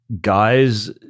guys